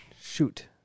Shoot